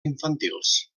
infantils